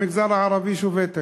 המגזר הערבי שובת היום.